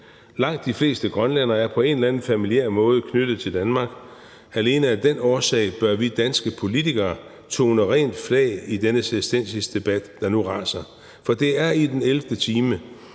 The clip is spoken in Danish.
Langt de fleste grønlændere er på en eller anden måde familiært knyttet til Danmark. Alene af den årsag bør vi danske politikere tone rent flag i denne selvstændighedsdebat, der nu raser. For det er i den 11. time,